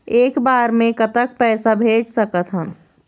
एक बार मे कतक पैसा भेज सकत हन?